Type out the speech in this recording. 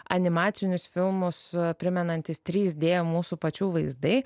animacinius filmus primenantys trys dė mūsų pačių vaizdai